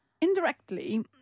Indirectly